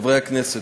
חברי הכנסת,